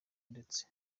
ndetse